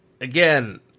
Again